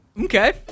Okay